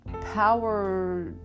power